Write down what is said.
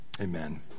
amen